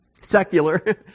secular